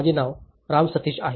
माझे नाव राम सतीश आहे